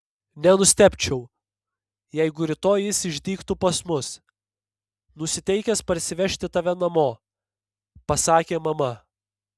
nenustebčiau jeigu rytoj jis išdygtų pas mus nusiteikęs parsivežti tave namo pasakė mama